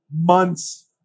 months